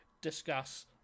discuss